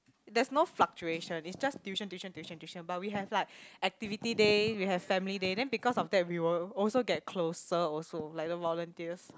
that's not fluctuation is just tuition tuition tuition tuition but we have like activity day we have family day then because of that we will also get closer also like the volunteers